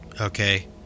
Okay